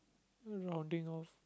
rounding off